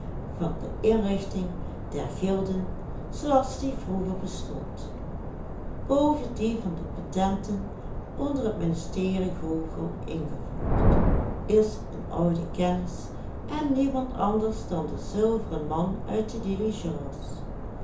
van de inrichting der gilden zooals die vroeger bestond boven die van de patenten onder het ministerie gogel ingevoerd is een oude kennis en niemand anders dan de zilveren man uit de